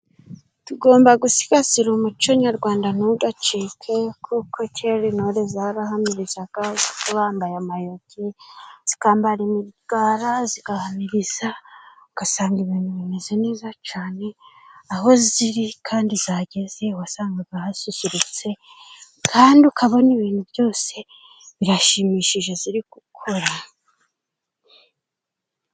Tugomba gusigasira umuco nyarwanda ntugacike, kuko kera intore zarahamirizaga bambaye amayogi, zikambara imigara zigahamiriza, ugasanga ibintu bimeze neza cane, aho ziri kandi zageze wasangaga hasusurutse kandi ukabona ibintu byose birashimishije ziri gukora.